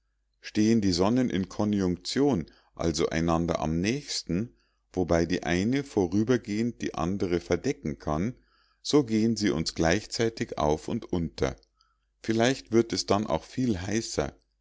stehen die sonnen in konjunktion also einander am nächsten wobei die eine vorübergehend die andere verdecken kann so gehen sie uns gleichzeitig auf und unter vielleicht wird es dann auch viel heißer